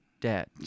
debt